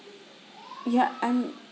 ya and